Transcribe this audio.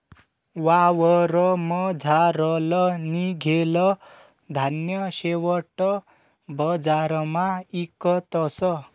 वावरमझारलं निंघेल धान्य शेवट बजारमा इकतस